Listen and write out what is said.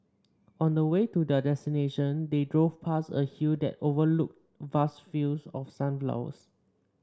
on the way to their destination they drove past a hill that overlooked vast fields of sunflowers